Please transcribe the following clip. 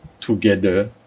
together